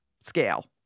scale